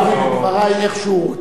יש יוצא מן הכלל נוסף,